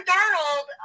Darnold